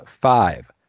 Five